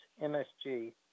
MSG